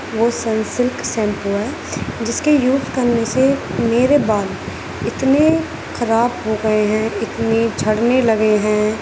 وہ Sunsilk shampoo ہے جس کے یوز کرنے سے میرے بال اتنے خراب ہو گئے ہیں اتنے جھڑنے لگے ہیں